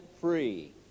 free